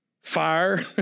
Fire